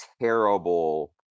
terrible